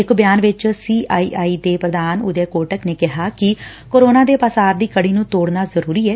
ਇਕ ਬਿਆਨ ਵਿਚ ਸੀ ਆਈ ਆਈ ਦੇ ਪ੍ਰਧਾਨ ਉਦੈ ਕੋਟਕ ਨੇ ਕਿਹੈ ਕਿ ਕੋਰੋਨਾ ਦੇ ਪਾਸਾਰ ਦੀ ਕੜੀ ਨੂੰ ਤੋੜਣਾ ਜ਼ਰੁਰੀ ਐ